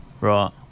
Right